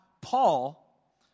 Paul